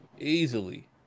easily